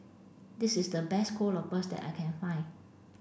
this is the best Kuih Lopes that I can find